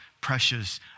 precious